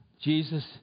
Jesus